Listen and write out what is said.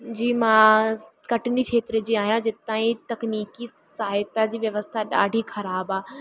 जी मां कटनी खेत्र जी आहियां जितां ई तकनीकी साहित्या जी व्यवस्था ॾाढी ख़राबु आहे